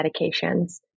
medications